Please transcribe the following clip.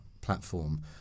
platform